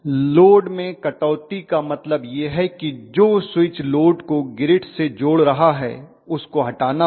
load में कटौती का मतलब यह है कि जो स्विच लोड को ग्रिड से जोड़ रहा है उसको हटाना होगा